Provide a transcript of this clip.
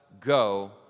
go